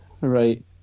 right